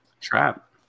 Trap